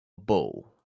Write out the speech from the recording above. bow